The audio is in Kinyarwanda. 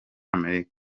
amerika